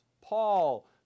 Paul